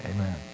Amen